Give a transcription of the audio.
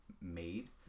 made